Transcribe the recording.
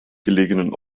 gelegenen